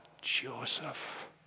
Joseph